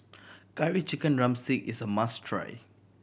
Curry Chicken drumstick is a must try